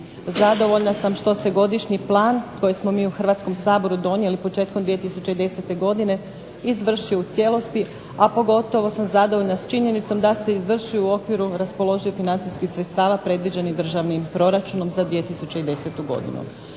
Zadovoljna sam što se godišnji plan koji smo mi u Hrvatskom saboru donijeli početkom 2010. godine izvršio u cijelosti, a pogotovo sam zadovoljna s činjenicom da se izvršio u okviru raspoloživih financijskih sredstava predviđeni državnim proračunom za 2010. godinu.